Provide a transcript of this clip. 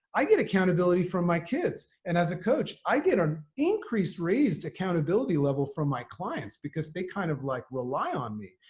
i get accountability from my kids. and as a coach, i get an increased raised accountability level from my clients because they kind of like, rely on me.